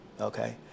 okay